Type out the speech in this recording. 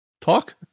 talk